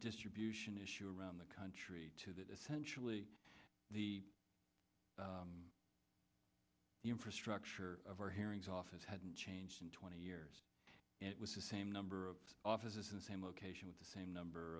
distribution issue around the country that essentially the infrastructure of our hearings office hadn't changed in twenty years it was the same number of offices in the same location with the same